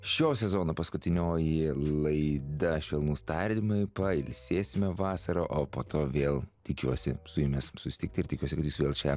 šio sezono paskutinioji laida švelnūs tardymai pailsėsime vasarą o po to vėl tikiuosi su jumis susitikti ir tikiuosi kad jūs vėl čia